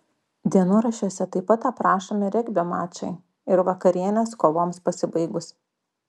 dienoraščiuose taip pat aprašomi regbio mačai ir vakarienės kovoms pasibaigus